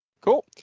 Cool